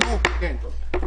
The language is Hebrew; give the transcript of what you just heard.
מכך,